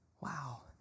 wow